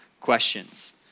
questions